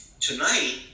tonight